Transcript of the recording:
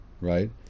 Right